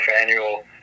annual